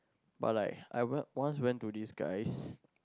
but like I want want went to this guys